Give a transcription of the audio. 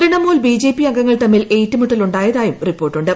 Trinamool B J P അംഗങ്ങൾ തമ്മിൽ ഏറ്റുമുട്ടൽ ഉണ്ടായതായും റിപ്പോർട്ടുണ്ട്